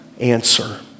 answer